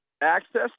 access